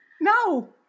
No